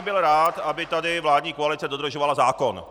Byl bych rád, aby tady vládní koalice dodržovala zákon.